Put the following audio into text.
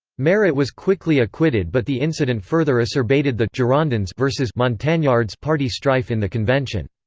marat was quickly acquitted but the incident further acerbated the girondins versus montagnards party strife in the convention.